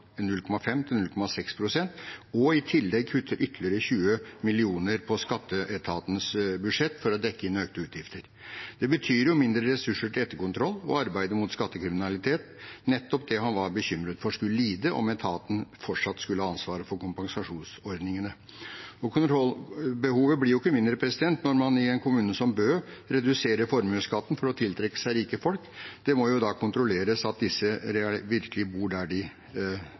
0,5 pst. til 0,6 pst. og i tillegg kutter ytterligere 20 mill. kr på skatteetatens budsjett for å dekke inn økte utgifter. Det betyr jo mindre ressurser til etterkontroll og arbeidet mot skattekriminalitet, nettopp det han var bekymret for skulle lide om etaten fortsatt skulle ha ansvaret for kompensasjonsordningene. Kontrollbehovet blir ikke mindre når man i en kommune som Bø reduserer formuesskatten for å tiltrekke seg rike folk. Det må jo da kontrolleres at disse virkelig bor der de